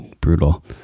brutal